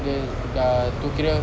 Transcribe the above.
dia dah tu kira